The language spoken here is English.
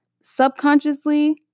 subconsciously